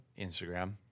Instagram